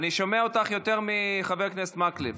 אני שומע אותך יותר מאת חבר הכנסת מקלב.